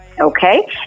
okay